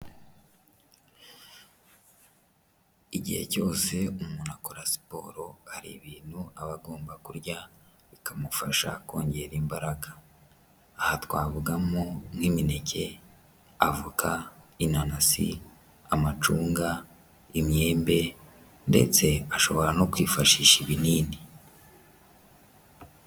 Igihe cyose umuntu akora siporo hari ibintu aba agomba kurya bikamufasha kongera imbaraga, aha twavugamo nk'imineke, avoka, inanasi, amacunga, imyembe ndetse ashobora no kwifashisha ibinini.